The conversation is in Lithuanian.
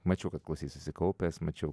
mačiau kad klausei susikaupęs mačiau